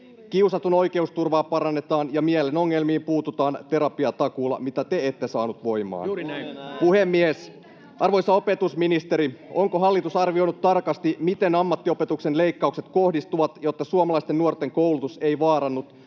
Kiusatun oikeusturvaa parannetaan, ja mielen ongelmiin puututaan terapiatakuulla, mitä te ette saanut voimaan. Puhemies! Arvoisa opetusministeri, onko hallitus arvioinut tarkasti, miten ammattiopetuksen leikkaukset kohdistuvat, jotta suomalaisten nuorten koulutus ei vaarannu?